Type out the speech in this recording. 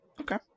Okay